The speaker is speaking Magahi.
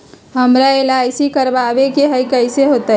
हमरा एल.आई.सी करवावे के हई कैसे होतई?